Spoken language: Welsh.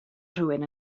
rhywun